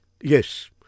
Yes